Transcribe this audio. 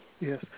Yes